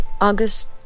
august